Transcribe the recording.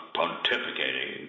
pontificating